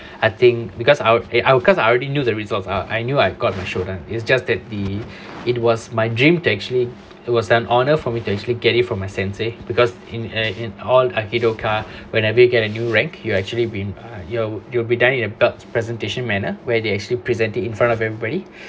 I think because I were I were cause I already knew the results ah I knew I've got my shoulder it's just that the it was my dream to actually it was an honour for me to actually get it from my sensei because in uh in all akidoka whenever you get a new rank you actually being uh you'll you'll be done it in a belt presentation manner where they actually presenting in front of everybody